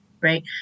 right